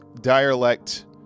dialect